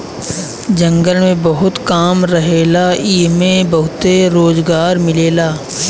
जंगल में बहुत काम रहेला एइमे बहुते रोजगार मिलेला